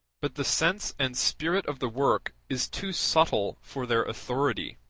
but the sense and spirit of the work is too subtle for their authority.